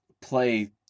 play